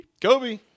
Kobe